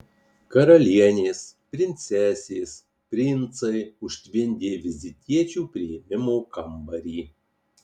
karalienės princesės princai užtvindė vizitiečių priėmimo kambarį